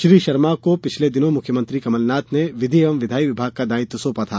श्री शर्मा को पिछले दिनों मुख्यमंत्री कमलनाथ ने विधि एवं विधायी विभाग का दायित्व सौंपा था